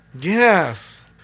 Yes